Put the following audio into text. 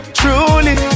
truly